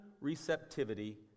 receptivity